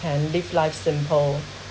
can live life simple